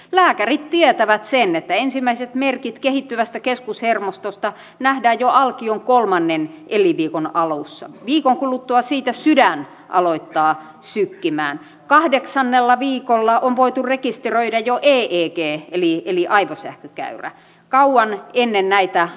lääkärit esimerkiksi tietävät sen että ensimmäiset merkit kehittyvästä keskushermostosta nähdään jo alkion kolmannen elinviikon alussa viikon kuluttua siitä sydän alkaa sykkimään kahdeksannella viikolla on voitu rekisteröidä jo eeg eli aivosähkökäyrä kauan ennen näitä aborttirajoja